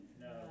No